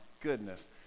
goodness